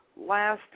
last